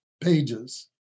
pages